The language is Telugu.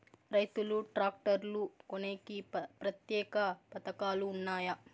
రైతులు ట్రాక్టర్లు కొనేకి ప్రత్యేక పథకాలు ఉన్నాయా?